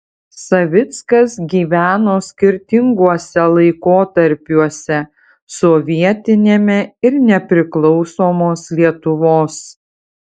savickas gyveno skirtinguose laikotarpiuose sovietiniame ir nepriklausomos lietuvos